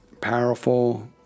powerful